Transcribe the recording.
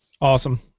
Awesome